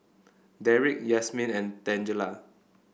Deric Yasmeen and Tangela